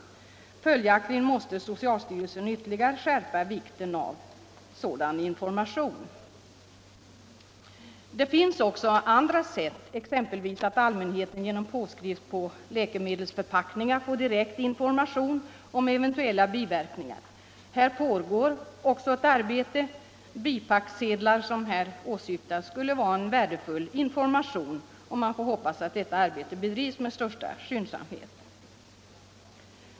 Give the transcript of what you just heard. Följaktligen måste socialstyrelsen ytterligare inskärpa vikten av sådan information. Det finns också andra sätt, exempelvis att allmänheten genom påskrift på läkemedelsförpackningen får direkt information om eventuella biverkningar. De bipacksedlar som här åsyftas skulle vara en värdefull information, och man får hoppas att arbetet med dem bedrivs med största skyndsamhet.